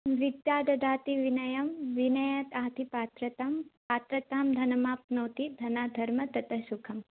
विद्या ददाति विनयं विनयाद् याति पात्रता पात्रतां धनमाप्नोति धनाद्धर्मं ततस्सुखम्